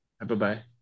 bye-bye